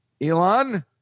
Elon